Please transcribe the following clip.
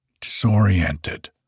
disoriented